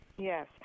Yes